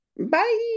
Bye